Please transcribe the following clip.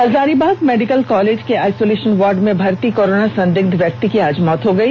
Hazaribagh medical college के isolation ward में भर्ती कोरोना संदिग्ध व्यक्ति की आज मौत हो गई